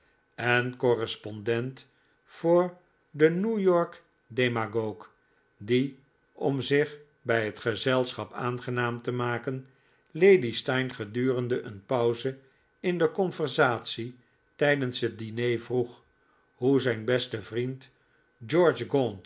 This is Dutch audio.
en correspondent voor de new-york demagogue die om zich bij het gezelschap aangenaam te maken lady steyne gedurende een pauze in de conversatie tijdens het diner vroeg hoe zijn beste vriend george